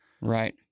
Right